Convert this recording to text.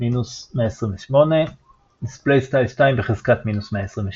128 \displaystyle 2^{-128}